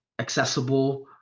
accessible